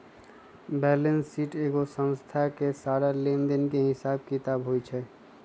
balance sheet एगो संस्था के सारा लेन देन के हिसाब किताब होई छई